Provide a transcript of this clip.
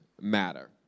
matter